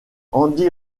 andy